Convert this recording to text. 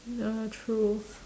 ya true